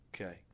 Okay